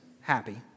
happy